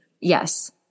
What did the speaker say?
Yes